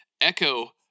Echo